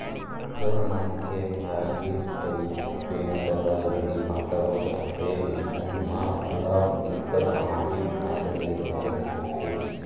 जउन मनखे ह एक पइत बेंक डाहर ले डिफाल्टर हो जाथे अइसन म ओला दिक्कत समाजिक ढंग ले घलो होथे